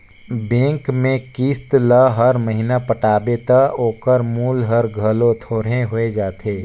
bank में किस्त ल हर महिना पटाबे ता ओकर मूल हर घलो थोरहें होत जाथे